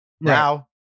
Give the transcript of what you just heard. Now